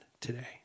today